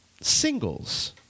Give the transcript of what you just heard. singles